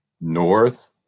north